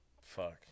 Fuck